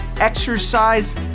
exercise